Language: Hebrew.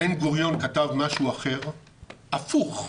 בן גוריון כתב משהו אחר, הפוך,